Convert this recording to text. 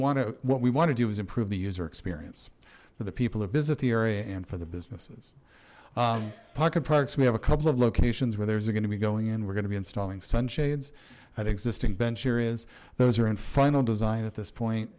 want to what we want to do is improve the user experience for the people who visit the area and for the businesses pocket parks we have a couple of locations where there's are going to be going in we're going to be installing sun shades that existing bench areas those are in final design at this point